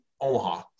Omaha